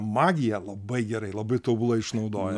magiją labai gerai labai tobulai išnaudoja